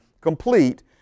complete